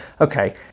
Okay